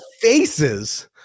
faces